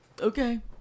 Okay